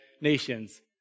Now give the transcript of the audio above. nations